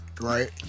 Right